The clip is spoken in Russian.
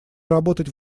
работать